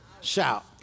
Shout